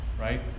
Right